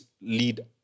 lead